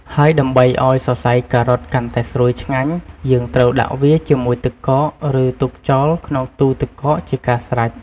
ហើយដើម្បីឱ្យសសៃការ៉ុតកាន់តែស្រួយឆ្ងាញ់ យើងត្រូវដាក់វាជាមួយទឹកកក ឬទុកចោលក្នុងទូទឹកកកជាការស្រេច។